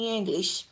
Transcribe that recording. English